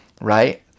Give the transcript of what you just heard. right